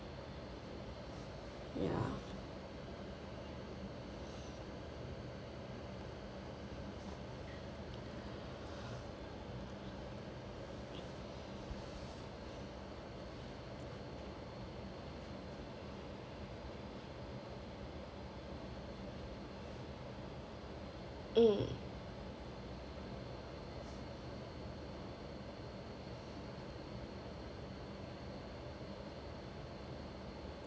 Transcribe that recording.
ya mm